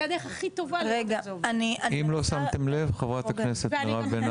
זו הדרך הכי טובה לראות איך זה עובד.